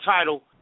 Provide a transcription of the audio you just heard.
title